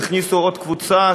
הכניסו עוד קבוצה,